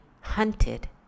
hunted